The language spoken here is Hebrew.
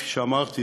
כפי שאמרתי,